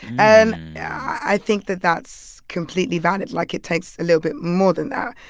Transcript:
and i think that that's completely valid. like, it takes a little bit more than that.